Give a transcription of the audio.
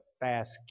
fast